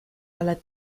ale